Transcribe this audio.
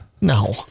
No